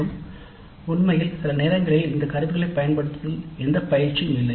மற்றும் உண்மையில் சில நேரங்களில் இந்த கருவிகளைப் பயன்படுத்துவதில் எந்தப் பயிற்சியும் இல்லை